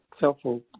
helpful